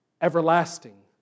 everlasting